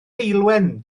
heulwen